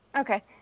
okay